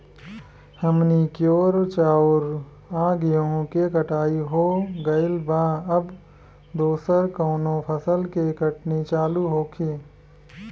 हमनी कियोर चाउर आ गेहूँ के कटाई हो गइल बा अब दोसर कउनो फसल के कटनी चालू होखि